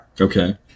Okay